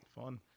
Fun